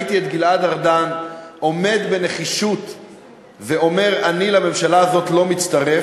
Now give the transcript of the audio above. כשראיתי את גלעד ארדן עומד בנחישות ואומר: אני לממשלה הזאת לא מצטרף,